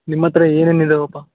ನಿಮ್ಮ ಹತ್ರ ಏನೇನು ಇದ್ದಾವಪ್ಪಾ